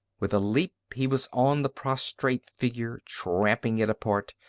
with a leap he was on the prostrate figure, trampling it apart,